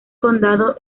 condado